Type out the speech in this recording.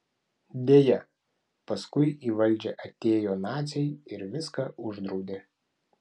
deja paskui į valdžią atėjo naciai ir viską uždraudė